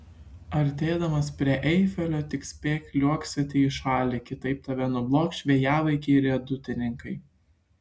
artėdamas prie eifelio tik spėk liuoksėti į šalį kitaip tave nublokš vėjavaikiai riedutininkai